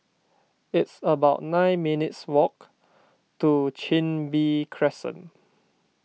it's about nine minutes' walk to Chin Bee Crescent